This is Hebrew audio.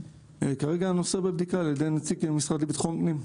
כרגע הנושא בבדיקה על ידי נציג המשרד לביטחון פנים.